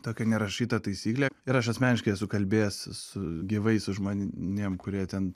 tokia nerašyta taisyklė ir aš asmeniškai esu kalbėjęs su gyvais su žmonėm kurie ten